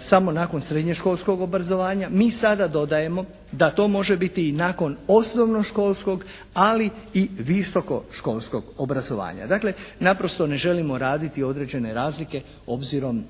samo nakon srednje školskog obrazovanja. Mi sada dodajemo da to može biti i nakon osnovno školskog, ali i visoko školskog obrazovanja. Dakle, naprosto ne želimo raditi određene razlike obzirom